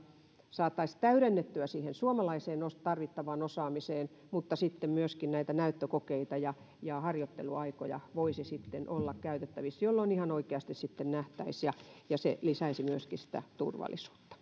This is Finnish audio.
saataisiin täydennettyä siihen suomalaiseen tarvittavaan osaamiseen mutta että sitten myöskin näitä näyttökokeita ja ja harjoitteluaikoja voisi sitten olla käytettävissä jolloin ihan oikeasti nähtäisiin ja ja se lisäisi myöskin turvallisuutta